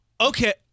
okay